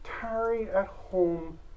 tarry-at-home